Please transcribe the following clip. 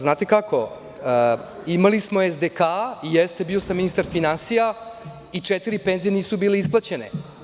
Znate kako, imali smo SDK i jeste, bio sam ministar finansija i četiri penzije nisu bile isplaćene.